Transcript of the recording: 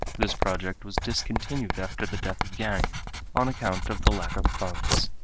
this project was discontinued after the death of yang on account of the lack of funds.